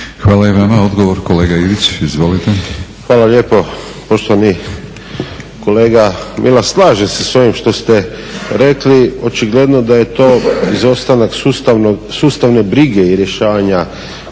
Hvala i vama. Odgovor kolega Ivić. Izvolite. **Ivić, Tomislav (HDZ)** Hvala lijepo. Poštovani kolega Milas, slažem se s ovim što ste rekli. očigledno da je to izostanak sustavne brige i rješavanja